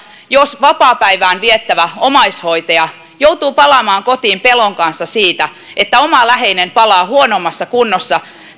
jos vapaapäivää viettävä omaishoitaja joutuu palaamaan kotiin pelon kanssa siitä että oma läheinen palaa huonommassa kunnossa